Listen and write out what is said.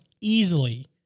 easily